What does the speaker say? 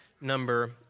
number